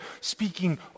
speaking